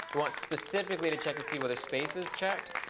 we want specifically to check to see whether space is checked,